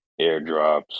airdrops